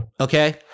Okay